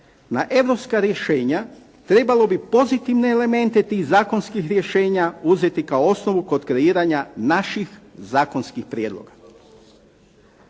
na europska rješenja trebalo bi pozitivne elemente tih zakonski rješenja uzet kao osnovu kod kreiranja naših zakonskih prijedloga.